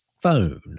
phone